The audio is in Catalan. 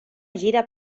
gira